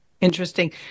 Interesting